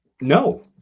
no